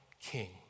king